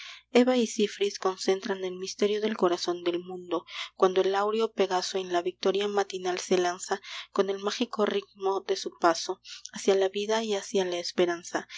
eva y cipris concentran el misterio del corazón del mundo cuando el áureo pegaso en la victoria matinal se lanza con el mágico ritmo de su paso hacia la vida y hacia la esperanza